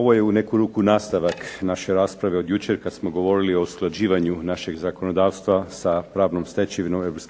Ovo je u neku ruku nastavak naše rasprave od jučer kada smo govorili o usklađivanju našeg zakonodavstva sa pravnom stečevinom